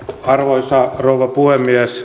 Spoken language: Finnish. arvoisa rouva puhemies